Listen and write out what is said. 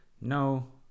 no